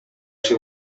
she